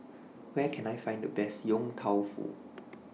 Where Can I Find The Best Yong Tau Foo